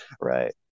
Right